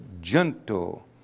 gentle